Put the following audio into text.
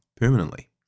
permanently